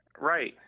Right